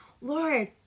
Lord